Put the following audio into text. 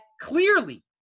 clearly